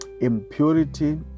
impurity